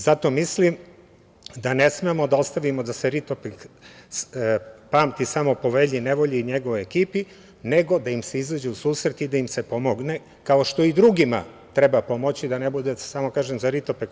Zato mislim da ne smemo da ostavimo da se Ritopek pamti samo po Velji nevolji i njegovoj ekipi, nego da im se izađe u susret i da im se pomogne, kao što i drugima treba pomoći, da ne bude samo za Ritopek.